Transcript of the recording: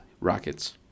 Rockets